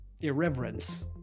irreverence